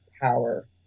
power